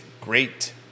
great